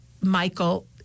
Michael